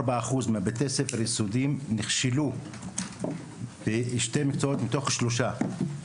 84% מבתי הספר היסודיים נכשלו בשני מקצועות מתוך שלושה.